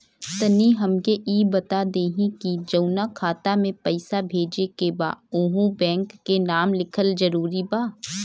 तनि हमके ई बता देही की जऊना खाता मे पैसा भेजे के बा ओहुँ बैंक के नाम लिखल जरूरी बा?